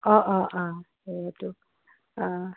অঁ অঁ অঁ সেইটো অঁ